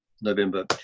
November